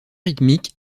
rythmique